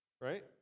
right